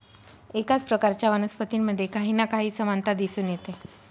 एकाच प्रकारच्या वनस्पतींमध्ये काही ना काही समानता दिसून येते